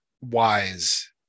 wise